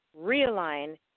realign